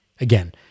Again